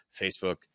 Facebook